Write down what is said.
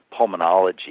pulmonology